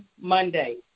Monday